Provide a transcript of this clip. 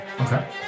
Okay